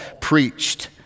preached